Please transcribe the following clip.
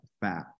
fat